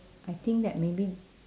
I think that maybe